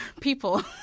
people